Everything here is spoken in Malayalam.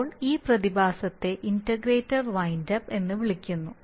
ഇപ്പോൾ ഈ പ്രതിഭാസത്തെ ഇന്റഗ്രേറ്റർ വിൻഡപ്പ് എന്ന് വിളിക്കുന്നു